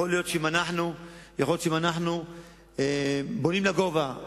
יכול להיות שאם אנחנו בונים לגובה,